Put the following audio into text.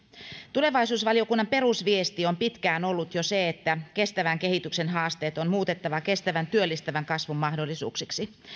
tulevaisuusvaliokunnan perusviesti on jo pitkään ollut se että kestävän kehityksen haasteet on muutettava kestävän työllistävän kasvun mahdollisuuksiksi